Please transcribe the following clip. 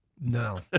No